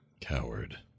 Coward